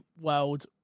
World